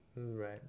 Right